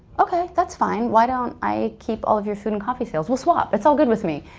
okay, that's fine. why don't i keep all of your food and coffee sales? we'll swap. it's all good with me.